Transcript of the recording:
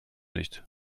nicht